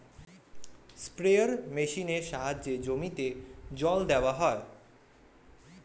sprayer মেশিনের সাহায্যে জমিতে জল দেওয়া হয়